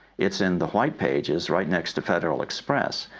it's in the white pages, right next to federal express.